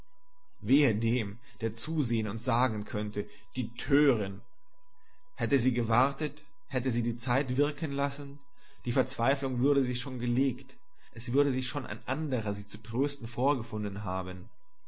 wehe dem der zusehen und sagen könnte die törin hätte sie gewartet hätte sie die zeit wirken lassen die verzweifelung würde sich schon gelegt es würde sich schon ein anderer sie zu trösten vorgefunden haben